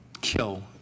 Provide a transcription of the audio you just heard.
kill